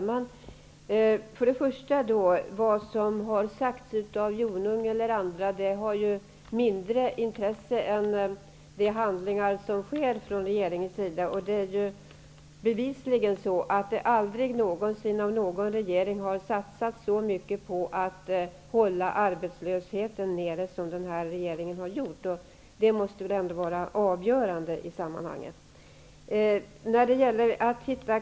Herr talman! Vad som har sagts av Jonung eller andra är av mindre intresse än de handlingar som sker från regeringens sida. Det är bevisligen så, att ingen regering tidigare har satsat så mycket på att hålla arbetslösheten nere som denna regering. Det måste väl ändå i sammanhanget vara avgörande.